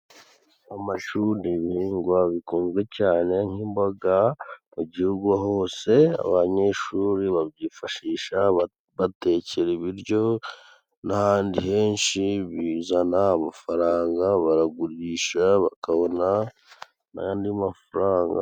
Amashu ni ibihingwa bikunzwe cyane, nk'imboga mu gihugu hose abanyeshuri babyifashisha ba batekera ibiryo n'ahandi henshi bizana amafaranga, baragurisha bakabona n'andi mafaranga.